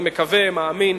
אני מקווה ומאמין,